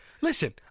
Listen